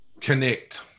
connect